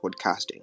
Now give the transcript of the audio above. podcasting